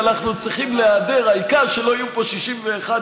אם האי-אמון